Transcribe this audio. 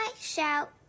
shout